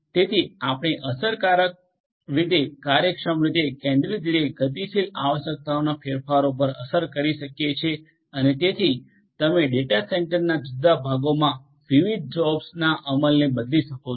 તેથી આપણે અસરકારક રીતે કાર્યક્ષમ રીતે કેન્દ્રિત રીતે ગતિશીલ આવશ્યકતાઓના ફેરફારો પર અસર કરી શકીએ છીએ અને તેથી તમે ડેટા સેન્ટરના જુદા જુદા ભાગોમાં વિવિધ જોબ્સના અમલને બદલી શકો છો